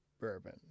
bourbon